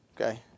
Okay